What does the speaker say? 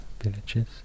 villages